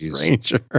Ranger